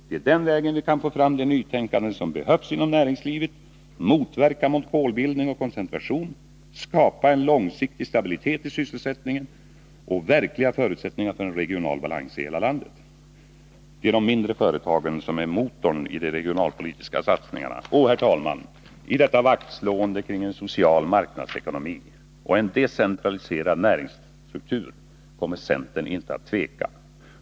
Det är den vägen vi kan få fram det nytänkande som behövs inom näringslivet, motverka monopolbildning och koncentration, skapa en långsiktig stabilitet i sysselsättningen och verkliga förutsättningar för en regional balans i hela landet. Det är de mindre företagen som är motorn i de regionalpolitiska satsningarna. Herr talman! I detta vaktslående kring en social marknadsekonomi och en decentraliserad näringsstruktur kommer centern inte att tveka.